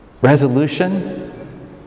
Resolution